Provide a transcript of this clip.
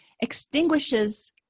extinguishes